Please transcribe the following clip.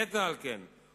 יתר על כן,